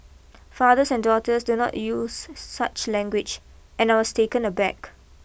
fathers and daughters do not use such language and I was taken a back